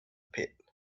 pit